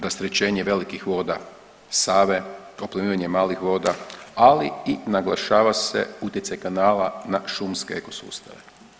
Rasterećenje velikih voda Save, oplemenjivanja malih voda, ali i naglašava se utjecaj kanala na šumske eko sustave.